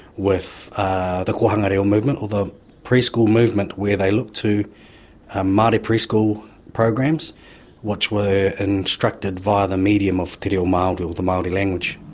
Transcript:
with the kohanga reo movement or the preschool movement, where they looked to ah maori preschool programs which were instructed via the medium of te reo maori, the maori language.